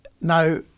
Now